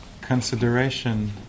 consideration